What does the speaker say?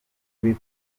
kuri